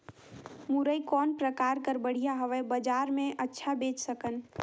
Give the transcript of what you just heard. मुरई कौन प्रकार कर बढ़िया हवय? बजार मे अच्छा बेच सकन